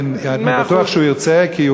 אני בטוח שהשר ירצה, מאה אחוז.